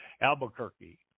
albuquerque